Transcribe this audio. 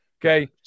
Okay